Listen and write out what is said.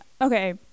okay